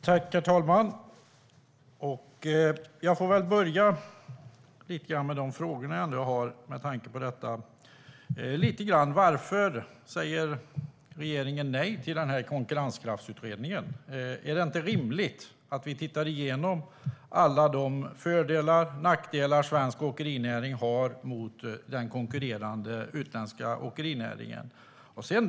Herr talman! Jag ska börja med de frågor jag har med tanke på detta. Varför säger regeringen nej till konkurrenskraftsutredningen? Är det inte rimligt att vi tittar igenom alla de fördelar och nackdelar svensk åkerinäring har gentemot den konkurrerande utländska åkerinäringen?